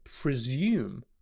presume